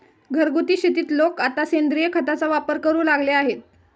घरगुती शेतीत लोक आता सेंद्रिय खताचा वापर करू लागले आहेत